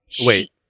wait